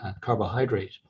carbohydrate